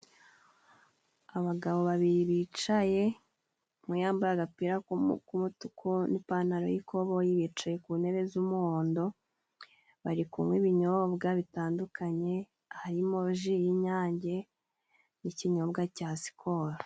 Abagabo babiri bicaye umwe yambaye, agapira k'umutuku n'ipantaro y'ikoboyi, bicaye ku ntebe z'umuhondo, bari kunywa ibinyobwa bitandukanye harimoji y'inyange, n'ikinyobwa ca sikoro.